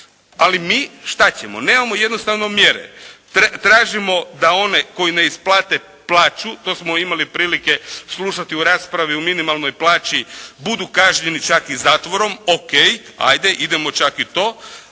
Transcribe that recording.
Ali mi, šta ćemo? Nemamo jednostavno mjere. Tražimo da one koji ne isplate plaću, to smo imali prilike slušati u raspravi u minimalnoj plaći, budu kažnjeni čak i zatvorom, o.k., ajde idemo čak i to,